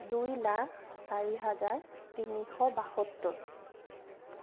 দুই লাখ চাৰি হাজাৰ তিনিশ বাসত্তৰ